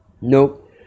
Nope